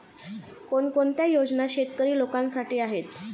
कोणकोणत्या योजना शेतकरी लोकांसाठी आहेत?